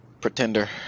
Pretender